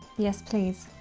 yes please